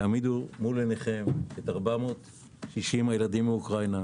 תעמידו מול עיניכם את 460 הילדים מאוקראינה.